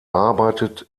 arbeitet